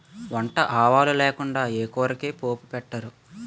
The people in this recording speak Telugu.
వంట ఆవాలు లేకుండా ఏ కూరకి పోపు పెట్టరు